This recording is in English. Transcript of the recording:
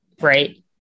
Right